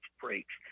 breaks